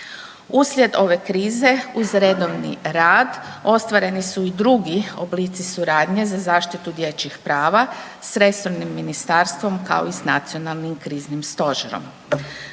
Uslijed ove krize uz redovni rad ostvareni su i drugi oblici suradnje za zaštitu dječjih prava s resornim ministarstvom kao i s nacionalnim kriznim stožerom.